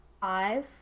Five